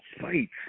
fights